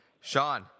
Sean